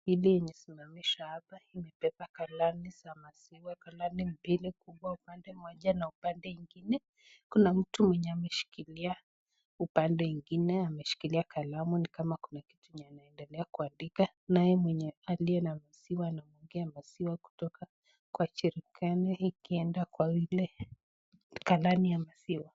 Pikipiki hii imesimamishwa hapa, imebeba galani za maziwa. galani mbili kubwa upande mmoja na upande mwingine. Kuna mtu mwenye ameshikilia upande mwingine, ameshikilia kalamu. Ni kama kuna kitu yenye anaendelea kuandika. Naye mwenye aliye na maziwa anatoa maziwa kutoka kwa jerikani ikienda kwa lile galani la maziwa.